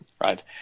right